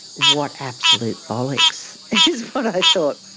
what absolute bollocks! is what i thought.